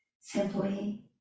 Simply